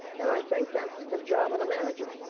and i think that's the job of the manager.